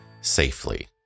safely